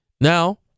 Now